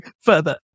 further